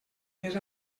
més